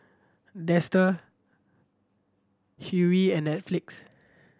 Dester wei and Netflix